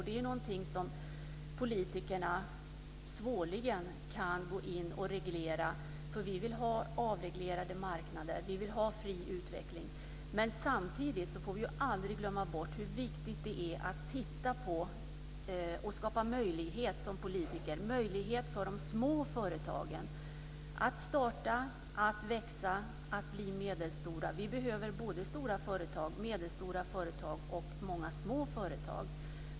Det är någonting som politikerna svårligen kan gå in och reglera. Vi vill ha avreglerade marknader. Vi vill ha fri utveckling. Men samtidigt får vi aldrig glömma bort hur viktigt det är att som politiker skapa möjlighet för de små företagen att starta, att växa, att bli medelstora. Vi behöver både stora företag, medelstora företag och många små företag.